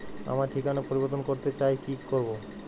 আমার ঠিকানা পরিবর্তন করতে চাই কী করব?